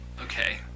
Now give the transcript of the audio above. Okay